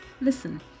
listen